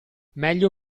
meglio